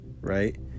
Right